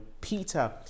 Peter